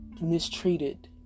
mistreated